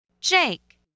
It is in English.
Jake